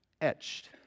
etched